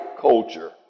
culture